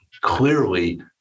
clearly